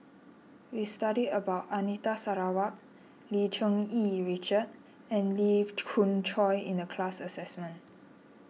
We studied about Anita Sarawak Lim Cherng Yih Richard and Lee Khoon Choy in the class assignment